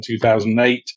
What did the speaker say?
2008